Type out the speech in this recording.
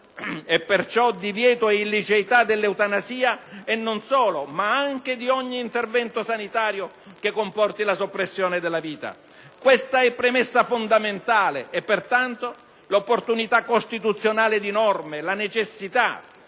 perciò divieto e illiceità dell'eutanasia, ma anche di ogni intervento sanitario che comporti la soppressione della vita. Questo è premessa fondamentale, e pertanto, l'opportunità costituzionale di norme; la necessità,